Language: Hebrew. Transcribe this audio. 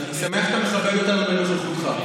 ואני שמח שאתה מכבד אותנו בנוכחותך.